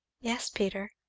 yes, peter.